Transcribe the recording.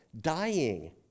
dying